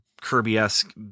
Kirby-esque